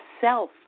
self